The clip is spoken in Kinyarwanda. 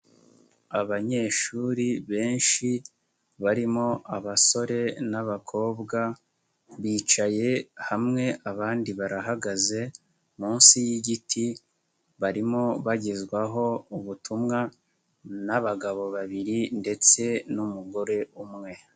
Abanyeshuri benshi, barimo abasore n'abakobwa, bicaye hamwe abandi barahagaze munsi y'igiti, barimo bagezwaho ubutumwa n'abagabo babiri ndetse n'umugore umwe.